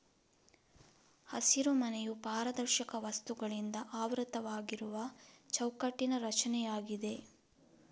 ಹಸಿರುಮನೆಯು ಪಾರದರ್ಶಕ ವಸ್ತುಗಳಿಂದ ಆವೃತವಾಗಿರುವ ಚೌಕಟ್ಟಿನ ರಚನೆಯಾಗಿದೆ